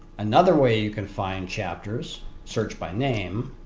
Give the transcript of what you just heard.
another way you can find chapters search by name.